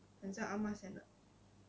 好像 ah mah send 的